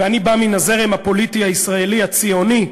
ואני בא מן הזרם הפוליטי הישראלי הציוני,